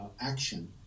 action